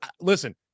listen